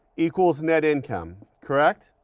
equals net income, correct?